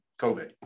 COVID